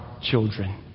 children